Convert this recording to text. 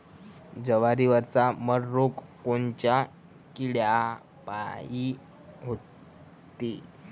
जवारीवरचा मर रोग कोनच्या किड्यापायी होते?